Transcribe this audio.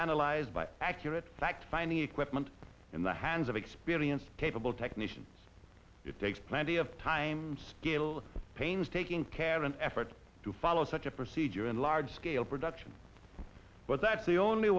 analyzed by accurate fact finding equipment in the hands of experienced capable technicians it takes plenty of time scale painstaking care and effort to follow such a procedure in large scale production but that the only